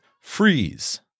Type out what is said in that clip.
freeze